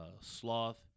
sloth